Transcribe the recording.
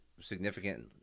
significant